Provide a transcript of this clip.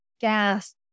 gas